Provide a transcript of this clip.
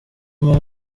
mpamvu